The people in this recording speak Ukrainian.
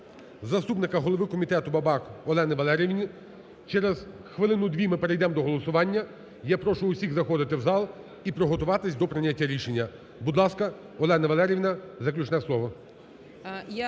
заступника голови комітету Бабак Олені Валеріївні. Через хвилину-дві ми перейдемо до голосування, я прошу всіх заходити в зал і приготуватися до прийняття рішення. Будь ласка, Олена Валеріївна, заключне слово.